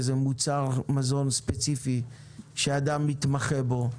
איזה מוצר מזון ספציפי שאדם מתמחה בו,